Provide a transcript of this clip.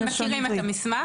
הם מכירים את המסמך.